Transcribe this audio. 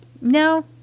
No